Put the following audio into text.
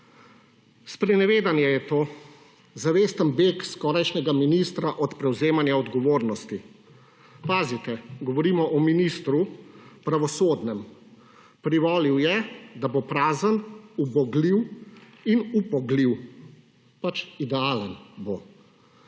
Sprenevedanje je to, zavesten beg skorajšnjega ministra od prevzemanja odgovornosti. Pazite, govorimo o ministru, pravosodnem. Privolil je, da bo prazen, ubogljiv in upogljiv. Pač idealen bo.